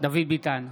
דוד ביטן,